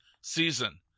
season